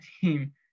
team